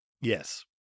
Yes